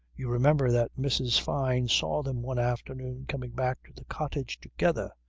you remember that mrs. fyne saw them one afternoon coming back to the cottage together.